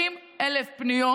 30,000 פניות